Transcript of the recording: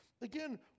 again